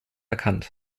erkannt